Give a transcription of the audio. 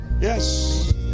Yes